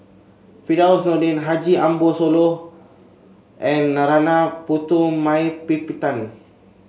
Firdaus Nordin Haji Ambo Sooloh and Narana Putumaippittan